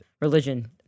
religion